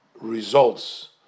results